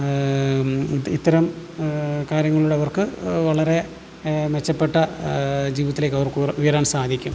ഇത്തരം കാര്യങ്ങളോട് അവർക്ക് വളരെ മെച്ചപ്പെട്ട ജീവിതത്തിലേക്ക് അവർക്ക് ഉയരാൻ സാധിക്കും